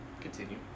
Continue